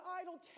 idle